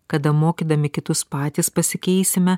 kada mokydami kitus patys pasikeisime